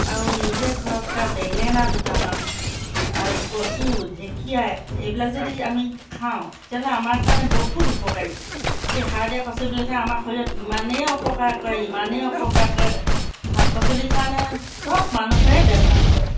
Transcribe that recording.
আৰু নিজে ঘৰত কৰা বেঙেনা দুটামান আৰু কচু ঢেকীয়া এইবিলাক যদি আমি খাওঁ তেতিয়াহ'লে আমাৰ কাৰণে বহুত উপকাৰী এই সাৰ দিয়া পাচলিবিলাকে আমাৰ শৰীৰত ইমানেই অপকাৰ কৰে ইমানেই অপকাৰ কৰে শাক পাচলিৰ কাৰণে চব মানুহৰে বেমাৰ হয়